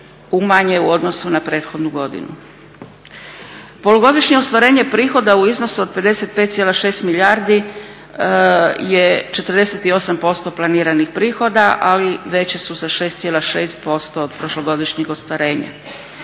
umanje u odnosu na prethodnu godinu. Polugodišnje ostvarenje prihoda u iznosu od 55,6 milijardi je 48% planiranih prihoda, ali veća su sa 6,6% od prošlogodišnjih ostvarenja.